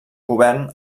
govern